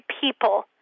people